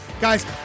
Guys